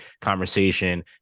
conversation